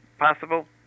Possible